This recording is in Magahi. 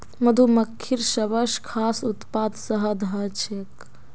मधुमक्खिर सबस खास उत्पाद शहद ह छेक